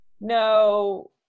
no